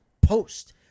post